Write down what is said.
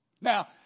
now